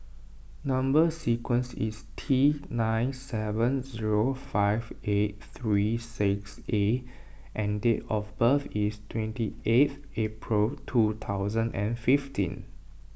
Number Sequence is T nine seven zero five eight three six A and date of birth is twenty eighth April two thousand and fifteen